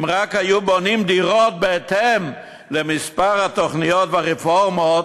אם רק היו בונים דירות בהתאם למספר התוכניות והרפורמות,